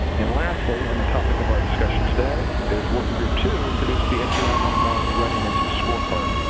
and lastly and the topic of our discussion today is working group two produced the n g nine one one readiness scorecard,